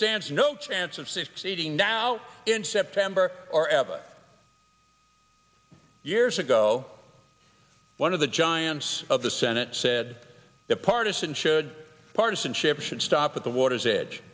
stands no chance of succeeding now in september or ever years ago one of the giants of the senate said the partisan should partisanship should stop at the water's edge